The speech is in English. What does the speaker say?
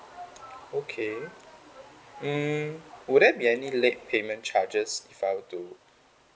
okay um will there be any late payment charges if I were to